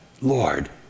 Lord